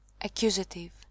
accusative